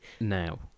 Now